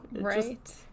Right